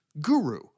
guru